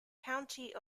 county